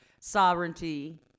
sovereignty